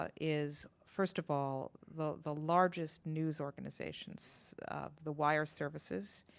ah is, first of all, the the largest news organizations the wire services,